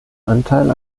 anteil